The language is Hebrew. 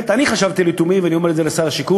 2. אני חשבתי לתומי, ואני אומר את זה לשר השיכון,